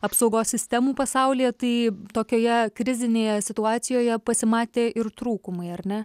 apsaugos sistemų pasaulyje tai tokioje krizinėje situacijoje pasimatė ir trūkumai ar ne